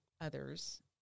others